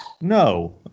No